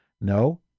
No